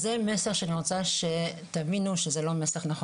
אז זה מסר שאני רוצה שתבינו שהוא לא נכון.